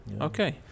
Okay